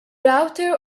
router